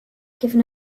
given